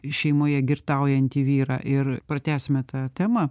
šeimoje girtaujantį vyrą ir pratęsime tą temą